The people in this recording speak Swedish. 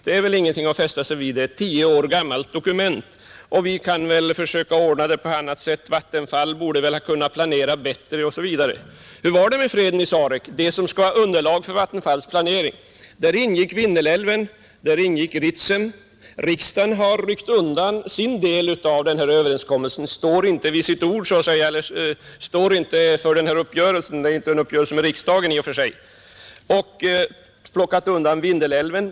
Det är väl ingenting att fästa sig vid, det är ett tio år gammalt dokument. Vi kan väl försöka ordna det på annat sätt; Vattenfall borde ha kunnat planera bättre, osv. Hur var det med freden i Sarek, som skulle vara underlag för Vattenfalls planering? Där ingick Vindelälven, och där ingick Ritsem. Riksdagen har ryckt undan sin del av denna överenskommelse, står inte för denna uppgörelse — det är inte en uppgörelse med riksdagen i och för sig — och har plockat undan Vindelälven.